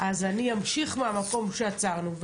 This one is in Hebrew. אז אני אמשיך מהמקום שעצרנו.